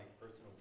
personal